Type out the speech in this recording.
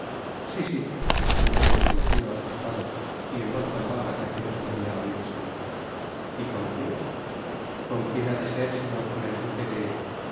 si si respondió el desconocido asustado y en voz tan baja que á penas podia oirsele y con quien con quien ha de ser sino con el duque de